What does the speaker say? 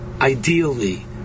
ideally